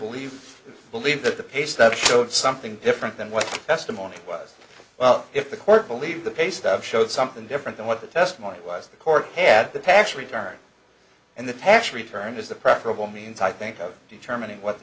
believe believe that the pay stubs showed something different than what testimony was well if the court believed the case that showed something different than what the testimony was the court had the tax return and the tax return is the preferable means i think of determining what the